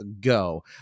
go